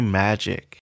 magic